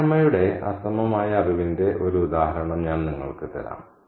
നാണി അമ്മയുടെ അസമമായ അറിവിന്റെ ഒരു ഉദാഹരണം ഞാൻ നിങ്ങൾക്ക് തരാം